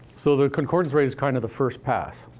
so the concordance rate is kind of the first pass.